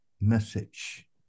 message